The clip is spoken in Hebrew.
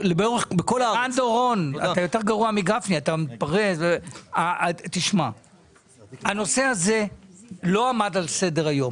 ערן דורון, הנושא הזה לא עמד על סדר-היום.